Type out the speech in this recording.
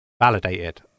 validated